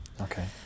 Okay